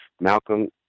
Malcolm